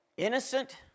Innocent